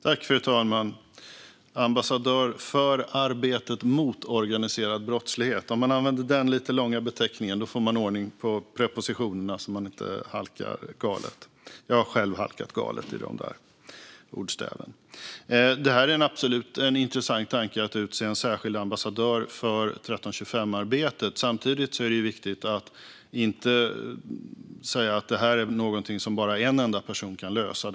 Fru talman! Ambassadör för arbetet mot organiserad brottslighet - om man använder den lite långa beteckningen får man ordning på prepositionerna så att man inte halkar galet. Jag har själv halkat galet i de där ordstäven. Det är absolut en intressant tanke att utse en särskild ambassadör för 1325-arbetet. Samtidigt är det viktigt att inte säga att detta är någonting som en enda person kan lösa.